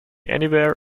anywhere